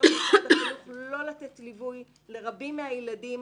למשרד החינוך לא לתת ליווי לרבים מהילדים,